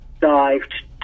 dived